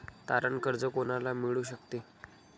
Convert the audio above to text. तारण कर्ज कोणाला मिळू शकते?